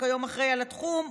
שכיום אחראי לתחום,